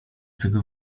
tego